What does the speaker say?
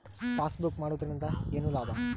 Passbook ಮಾಡುದರಿಂದ ಏನು ಲಾಭ?